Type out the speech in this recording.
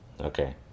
Okay